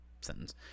sentence